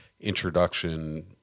introduction